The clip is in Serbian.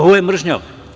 Ovo je mržnja.